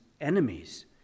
enemies